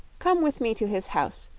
come with me to his house,